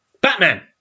Batman